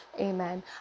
Amen